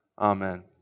Amen